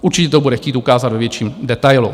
Určitě to bude chtít ukázat ve větším detailu.